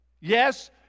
Yes